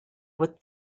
with